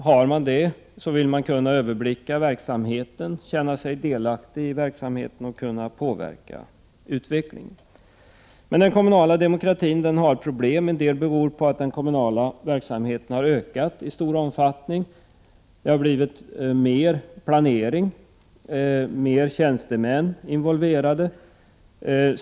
Gör man det vill man kunna överblicka verksamheten, känna sig delaktig i den och kunna påverka utvecklingen. Men den kommunala demokratin har problem. En del beror på att den kommunala verksamheten har ökat mycket. Det har blivit mer planering, och fler tjänstemän är involverade.